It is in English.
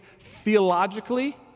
theologically